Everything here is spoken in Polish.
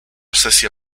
sesja